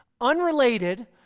Unrelated